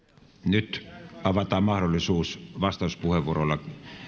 nyt avataan mahdollisuus vastauspuheenvuoroilla